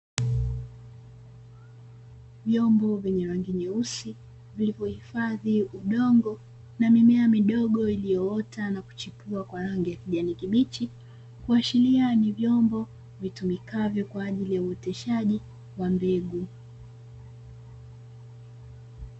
Vyombo vyenye rangi nyeusi vilivyohifadhi udongo na mimea midogo iliyoota na kuchipua kwa rangi ya kijani kibichi, kuashiria ni vyombo vitumikavyo kwa ajili ya uoteshaji wa mbegu.